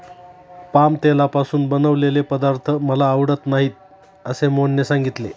palm तेलापासून बनवलेले पदार्थ मला आवडत नाहीत असे मोहनने सांगितले